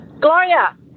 Gloria